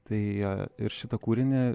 tai jo ir šitą kūrinį